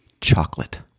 Chocolate